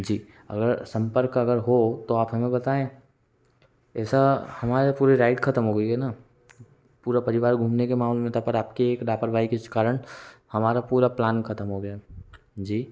जी अगर संपर्क अगर हो तो आप हमें बताएं ऐसा हमारे पूरे राइड खत्म हो गई है ना पूरा परिवार घूमने के माहौल में था पर आपके एक लापरवाही किस कारण हमारा पूरा प्लान खत्म हो गया जी